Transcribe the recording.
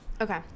okay